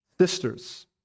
sisters